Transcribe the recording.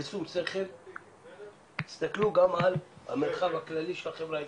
עשו בשכל ותסתכלו גם על המרחב הכללי של החברה הישראלית.